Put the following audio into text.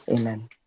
amen